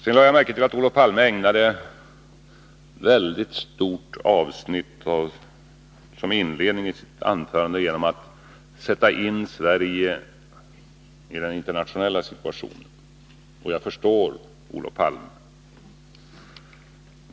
Jag lade märke till att Olof Palme ägnade ett mycket stort avsnitt i inledningen av sitt anförande åt att sätta in Sverige i den internationella situationen. Och jag förstår Olof Palme.